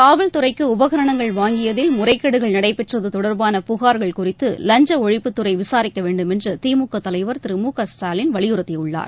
காவல்துறைக்கு உபகரணங்கள் வாங்கியதில் முறைகேடுகள் நடைபெற்றது தொடர்பான புகார்கள் குறித்து லஞ்ச ஒழிப்புத்துறை உடனடியாக விசாரிக்க வேண்டும் என்று திமுக தலைவர் திரு முகஸ்டாலின் வலியுறுத்தியுள்ளார்